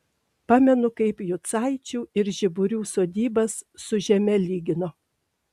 pamenu kaip jucaičių ir žiburių sodybas su žeme lygino